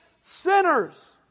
sinners